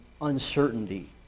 uncertainty